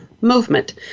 Movement